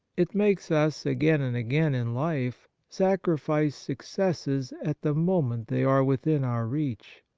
it makes us, again and again in life, sacrifice successes at the moment they are within our reach.